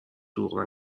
دروغ